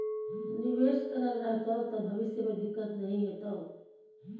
निवेश करल रहतौ त भविष्य मे दिक्कत नहि हेतौ